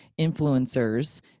influencers